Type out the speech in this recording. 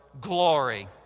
glory